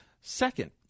Second